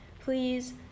Please